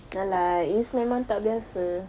ya lah it means memang tak biasa